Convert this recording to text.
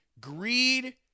greed